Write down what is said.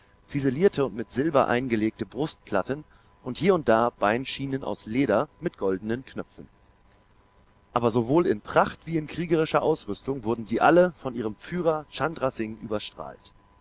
ziselierte und mit silber eingelegte brustplatten und hier und da beinschienen aus leder mit goldenen knöpfen aber sowohl in pracht wie in kriegerischer ausrüstung wurden sie alle von ihrem führer chandra singh überstrahlt